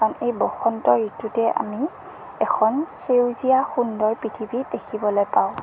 কাৰণ এই বসন্ত ঋতুতেই আমি এখন সেউজীয়া সুন্দৰ পৃথিৱী দেখিবলৈ পাওঁ